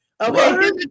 okay